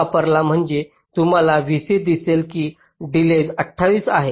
वापरा म्हणजे तुम्हाला vC दिसेल की डिलेज 28 आहे